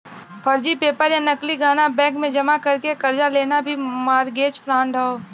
फर्जी पेपर या नकली गहना बैंक में जमा करके कर्जा लेना भी मारगेज फ्राड हौ